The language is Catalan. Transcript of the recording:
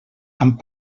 amb